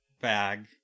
bag